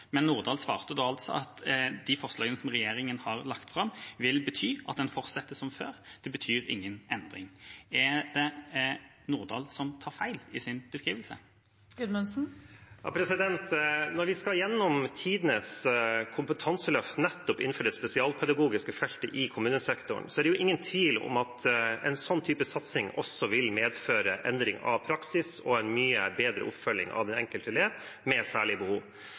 forslagene som regjeringa har lagt fram, vil bety at en fortsetter som før. Det betyr ingen endring. Tar Nordahl feil i sin beskrivelse? Når vi skal gjennom tidenes kompetanseløft innenfor det spesialpedagogiske feltet i kommunesektoren, er det ingen tvil om at en slik type satsing også vil medføre endring av praksis og en mye bedre oppfølging av den enkelte elev med særlige behov.